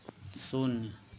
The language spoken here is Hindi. शून्य